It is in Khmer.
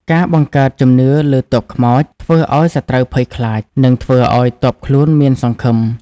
ការបង្កើតជំនឿលើ «ទ័ពខ្មោច» ធ្វើឱ្យសត្រូវភ័យខ្លាច និងធ្វើឱ្យទ័ពខ្លួនមានសង្ឃឹម។